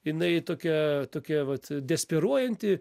jinai tokia tokia vat despiruojanti